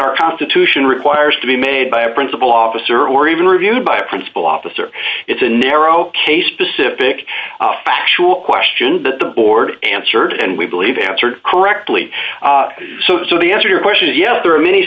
our constitution requires to be made by a principle officer or even reviewed by a principal officer it's a narrow case specific factual question that the board answered and we believe answered correctly so the answer your question is yes there are many